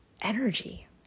energy